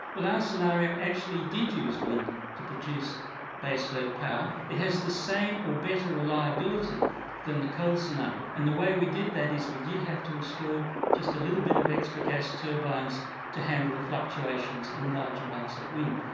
well our scenario actually did use wind to produce base load power, it has the same or better reliability reliability than the coal scenario. and the way we did that is we did have to install just a little bit of extra gas turbines to handle the fluctuations in large amounts of wind.